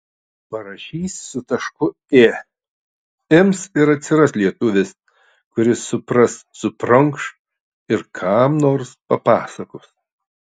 parašysi su tašku ė ims ir atsiras lietuvis kuris supras suprunkš ir kam nors papasakos